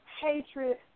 Hatred